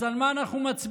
אז על מה אנחנו מצביעים?